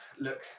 look